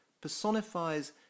personifies